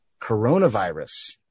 coronavirus